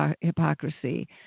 hypocrisy